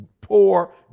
poor